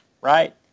right